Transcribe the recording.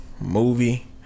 movie